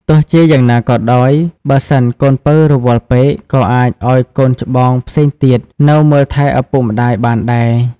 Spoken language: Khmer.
ទោះជាយ៉ាងណាក៏ដោយ បើសិនកូនពៅរវល់ពេក ក៏អាចឲ្យកូនច្បងផ្សេងទៀត នៅមើលថែឪពុកម្តាយបានដែរ។